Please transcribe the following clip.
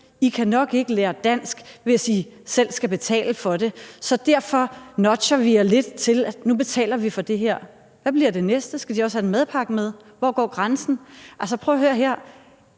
I kan nok ikke lære dansk, hvis I selv skal betale for det, så derfor nudger vi jer lidt, ved at vi betaler for det her. Hvad bliver det næste? Skal de også have madpakke med? Hvor går grænsen? Prøv at høre her: